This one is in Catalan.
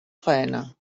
faena